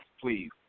please